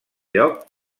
lloc